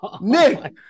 Nick